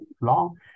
long